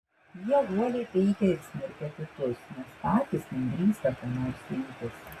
jie uoliai peikia ir smerkia kitus nes patys nedrįsta ko nors imtis